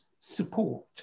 support